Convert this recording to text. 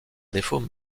défaut